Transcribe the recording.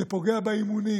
זה פוגע באימונים